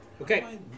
Okay